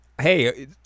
hey